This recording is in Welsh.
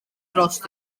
dros